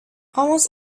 almost